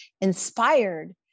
inspired